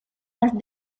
las